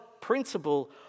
principle